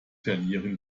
verlieren